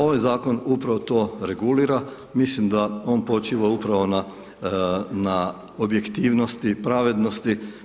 Ovaj zakon upravo to regulira, mislim da on počiva upravo na objektivnosti i pravednosti.